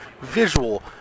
visual